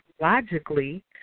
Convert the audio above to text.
logically